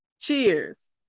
Cheers